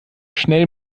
schnell